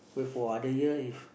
wait for other year if